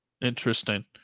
Interesting